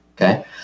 Okay